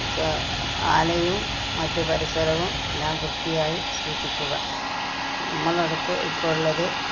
സ് ആലയും മറ്റു പരിസരവും എല്ലാം വൃത്തിയായി സൂക്ഷിക്കുക നമ്മുടെ അടുത്ത് ഇപ്പോളുള്ളത്